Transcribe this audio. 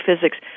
physics